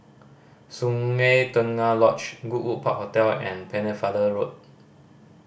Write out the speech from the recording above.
Sungei Tengah Lodge Goodwood Park Hotel and Pennefather Road